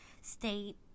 state